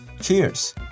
Cheers